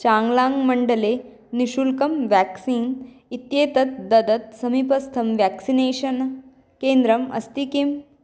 चाङ्ग्लाङ्ग् मण्डले निःशुल्कं व्याक्सीन् इत्येतत् ददत् समीपस्थं व्याक्सिनेषन् केन्द्रम् अस्ति किम्